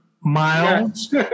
Miles